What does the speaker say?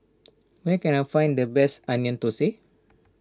where can I find the best Onion Thosai